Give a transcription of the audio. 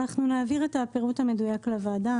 אנחנו נעביר את הפירוט המדויק לוועדה,